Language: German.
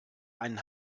einen